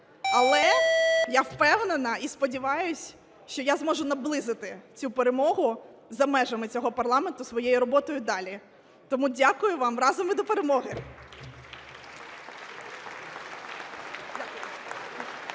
Але я впевнена і сподіваюсь, що я зможу наблизити цю перемогу за межами цього парламенту своєю роботою далі. Тому дякую вам. Разом і до перемоги.